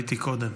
שראיתי קודם.